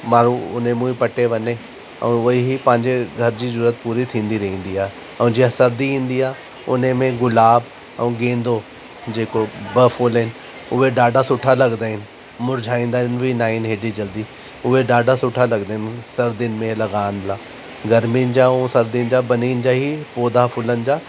माण्हू उनमां ई पटे वञे ऐं उहेई पंहिंजे घर जी जरूरत पूरी थींदी रहंदी आहे ऐं जीअं सर्दी ईंदी आहे उनमें गुलाब ऐं गेंदो जेको बि फ़ुल आहिनि उहे ॾाढा सुठा लगंदा आहिनि मुरझाईंदा बि न आहिनि एॾी जल्दी उहे ॾाढा सुठा लगंदा आहिनि सर्दियुनि में लॻाण लाइ गर्मियुनि जा ऐं सर्दियुनि जा बिन्हीनि जा ही पौधा फ़ुलनि जा